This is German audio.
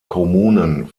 kommunen